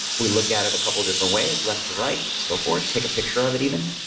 we look at it a couple different ways, left to right, so forth. take a picture of it even,